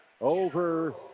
Over